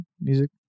music